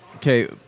Okay